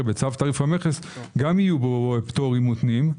בצו תעריף המכס גם יהיו בו פטורים מותנים.